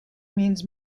means